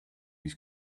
was